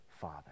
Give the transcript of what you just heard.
father